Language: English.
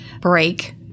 break